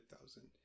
thousand